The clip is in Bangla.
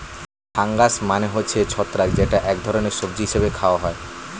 ফানগাস মানে হচ্ছে ছত্রাক যেটা এক ধরনের সবজি হিসেবে খাওয়া হয়